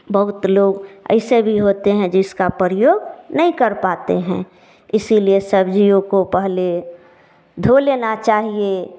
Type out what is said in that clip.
बहुत लोग ऐसे भी होते हैं जिसका प्रयोग नहीं कर पाते हैं इसीलिए सब्जियों को पहले धो लेना चाहिए